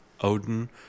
Odin